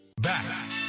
back